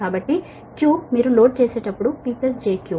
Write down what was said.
కాబట్టి Q మీరు load చేసేటప్పుడు P j Q